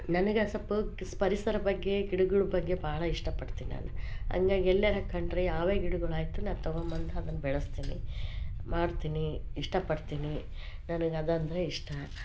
ನನಗದು ಸ್ವಲ್ಪ ಪರಿಸರದ ಬಗ್ಗೆ ಗಿಡ್ಗಳ ಬಗ್ಗೆ ಭಾಳ ಇಷ್ಟಪಡ್ತೀ ನಾನು ಹಾಗಾಗಿ ಎಲ್ಲಾರು ಕಂಡರೆ ಯಾವೇ ಗಿಡಗಳಾಯ್ತು ನಾ ತೊಗೊಬಂದು ಅದನ್ನು ಬೆಳೆಸ್ತೀನಿ ಮಾಡ್ತೀನಿ ಇಷ್ಟಪಡ್ತೀನಿ ನನಗದಂದರೆ ಇಷ್ಟ